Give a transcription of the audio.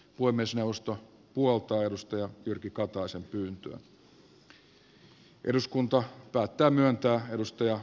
puhemiesneuvosto puoltaa jyrki kataisen pyyntöä